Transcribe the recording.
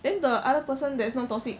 then the other person that's not toxic